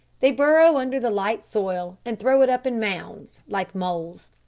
they burrow under the light soil and throw it up in mounds like moles.